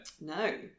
no